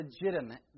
legitimate